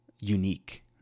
unique